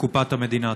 בקופת המדינה.